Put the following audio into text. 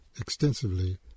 extensively